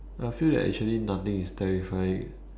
I feel that actually nothing is terrifying